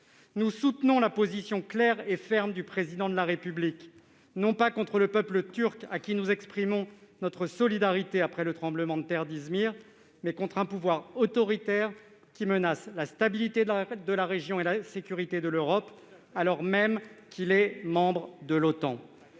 Nous soutenons la position claire et ferme du Président de la République, non pas contre le peuple turc, à qui nous exprimons notre solidarité après le tremblement de terre d'Izmir, mais contre un pouvoir autoritaire, qui menace la stabilité de la région et la sécurité de l'Europe, ... Tout à fait !... alors même qu'il est membre de